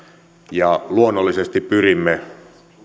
ja luonnollisesti pyrimme tarjoamaan